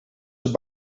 zijn